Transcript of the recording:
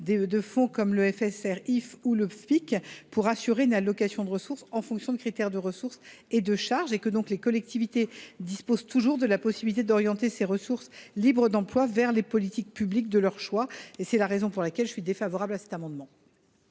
intercommunales et communales – pour assurer une allocation en fonction de critères de ressources et de charges. Les collectivités disposent donc toujours de la possibilité d’orienter ces ressources libres d’emploi vers les politiques publiques de leur choix. C’est la raison pour laquelle je suis défavorable à cet amendement.